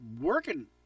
working